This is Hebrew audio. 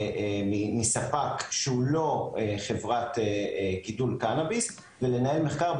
זה משהו שלא צריך להיות היום.